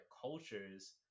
cultures